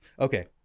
okay